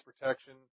protection